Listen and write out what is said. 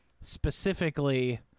specifically